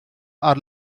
are